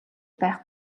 байх